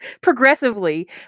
progressively